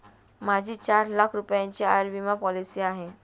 माझी चार लाख रुपयांची आयुर्विमा पॉलिसी आहे